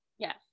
Yes